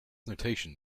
notation